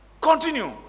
Continue